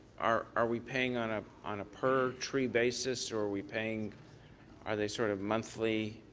are are we paying on ah on a per tree basis, or are we paying are they sort of monthly?